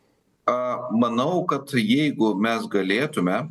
a manau kad jeigu mes galėtume